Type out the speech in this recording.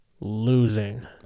losing